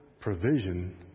provision